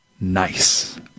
nice